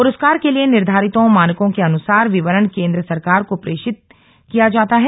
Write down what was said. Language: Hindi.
पुरस्कार के लिए निर्घारितों मानकों के अनुसार विवरण केंद्र सरकार को प्रेषित की किया जाता है